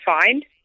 find